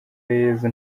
yesu